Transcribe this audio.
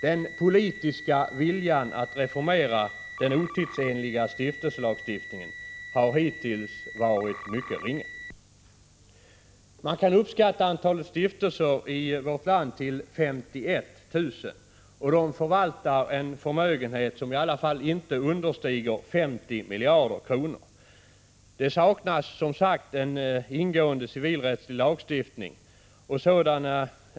Den politiska viljan att reformera den otidsenliga stiftelselagstiftningen har hittills varit mycket liten. Man kan uppskatta antalet stiftelser i vårt land till 51 000, och de förvaltar en förmögenhet som i varje fall inte understiger 50 miljarder kronor. Det saknas som sagt en ingående civilrättslig lagstiftning beträffande stiftelser.